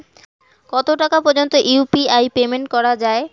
কত টাকা পর্যন্ত ইউ.পি.আই পেমেন্ট করা যায়?